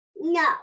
No